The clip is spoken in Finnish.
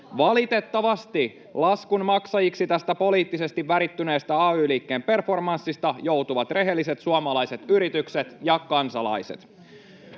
Valitettavasti laskun maksajiksi tästä poliittisesti värittyneestä ay-liikkeen performanssista joutuvat rehelliset suomalaiset yritykset ja kansalaiset.